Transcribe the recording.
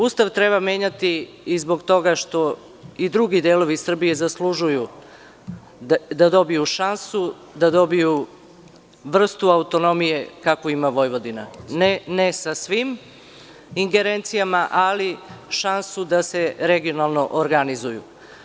Ustav treba menjati i zbog toga što i drugi delovi Srbije zaslužuju da dobiju šansu, da dobiju vrstu autonomije kakvu ima Vojvodina, ne sa svim ingerencijama, ali šansu da se regionalno organizuju.